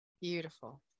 Beautiful